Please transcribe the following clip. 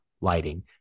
lighting